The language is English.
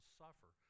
suffer